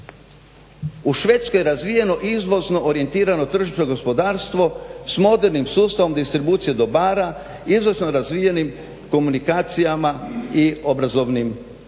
U Švedskoj je razvijeno izvozno orijentirano tržišno gospodarstvo s modernim sustavom distribucije dobara, izvrsno razvijenim komunikacijama i obrazovnom radnom